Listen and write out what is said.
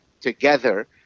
together